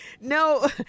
No